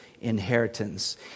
inheritance